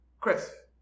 chris